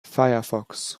firefox